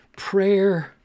Prayer